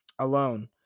alone